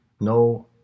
no